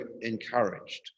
encouraged